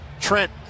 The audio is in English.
Trent